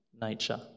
nature